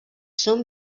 són